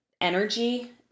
energy